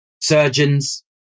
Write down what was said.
surgeons